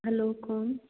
hello कौन